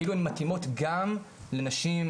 כאילו הם מתאימות גם לנשים,